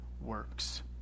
works